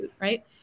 right